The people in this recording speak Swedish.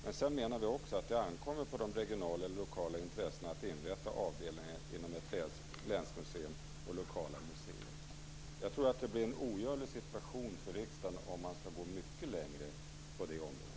Men vi menar också att det ankommer på de regionala eller lokala intressena att inrätta avdelningar inom länsmuseer och lokala museer. Det skulle bli en ogörlig situation för riksdagen om man gick mycket längre på det området.